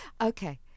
okay